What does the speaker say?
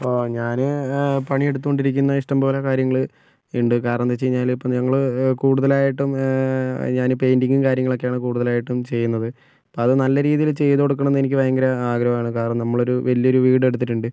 ഇപ്പോൾ ഞാൻ പണിയെടുത്ത് കൊണ്ടിരിക്കുന്ന ഇഷ്ടം പോലെ കാര്യങ്ങൾ ഉണ്ട് കാരണം എന്തെന്ന് വെച്ച് കഴിഞ്ഞാൽ ഇപ്പോൾ കൂടുതലായിട്ടും ഞാൻ പെയിൻറിങ് കാര്യങ്ങളും ഒക്കെയാണ് കൂടുതലായിട്ടും ചെയ്യുന്നത് അപ്പം അത് നല്ല രീതിയിൽ ചെയ്തുകൊടുക്കണമെന്ന് എനിക്ക് ഭയങ്കര ആഗ്രഹമാണ് കാരണം നമ്മളൊരു വലിയൊരു വീടെടുത്തിട്ടുണ്ട്